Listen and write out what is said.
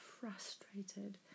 frustrated